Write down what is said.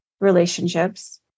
relationships